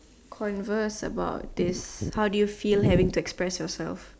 converse about this how do you feel having to express yourself